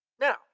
Now